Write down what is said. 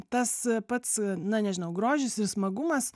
tas pats na nežinau grožis ir smagumas